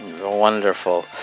Wonderful